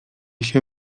się